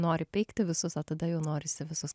nori peikti visus o tada jau norisi visus